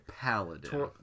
paladin